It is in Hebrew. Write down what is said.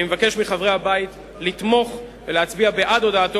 אני מבקש מחברי הבית לתמוך ולהצביע בעד הודעתו